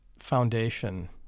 foundation